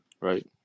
right